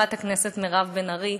חברת הכנסת מירב בן ארי